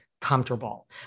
comfortable